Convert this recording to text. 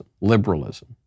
liberalism